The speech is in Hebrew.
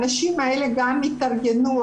הנשים האלה גם התארגנו,